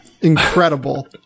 Incredible